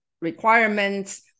requirements